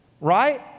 Right